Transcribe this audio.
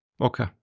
Okay